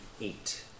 eight